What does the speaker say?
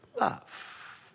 love